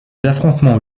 affrontements